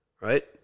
right